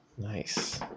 Nice